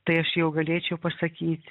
tai aš jau galėčiau pasakyt